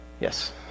Yes